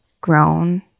grown